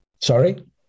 Sorry